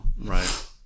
Right